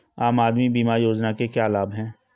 आम आदमी बीमा योजना के क्या लाभ हैं?